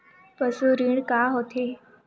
पशु ऋण का होथे?